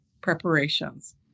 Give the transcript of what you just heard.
preparations